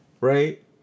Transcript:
right